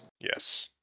Yes